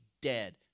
dead